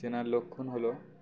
চেনার লক্ষণ হলো